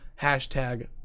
Hashtag